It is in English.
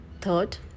Third